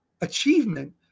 achievement